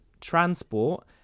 transport